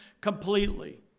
completely